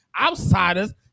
Outsiders